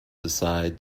decide